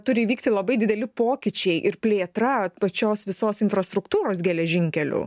turi įvykti labai dideli pokyčiai ir plėtra pačios visos infrastruktūros geležinkelių